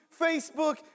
Facebook